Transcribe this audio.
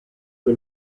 che